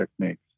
techniques